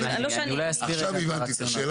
עכשיו הבנתי את השאלה.